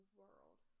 world